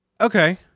Okay